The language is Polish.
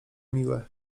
miłe